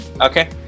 okay